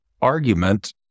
argument